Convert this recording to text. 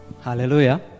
Hallelujah